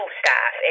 staff